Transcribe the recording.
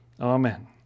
Amen